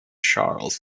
charles